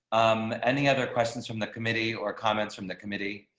um. any other questions from the committee or comments from the committee.